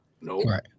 No